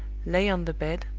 lay on the bed,